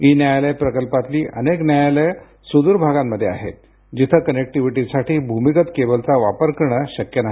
E न्यायालय प्रकल्पातली अनेक न्यायालयं सुदूर भागांमध्ये आहेत जिथे कनेक्टीविटीसाठी भूमीगत केबलचा वापर करणे शक्य नाही